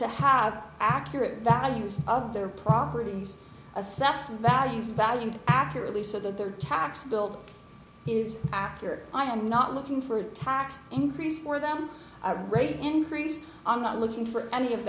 to have accurate values of their properties assessed value for value and accurately so that the tax bill is accurate i am not looking for a tax increase more than i rate increases i'm not looking for any of